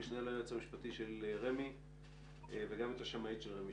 המשנה ליועץ המשפטי לרמ"י וגם את השמאית של רמ"י,